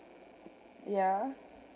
yeah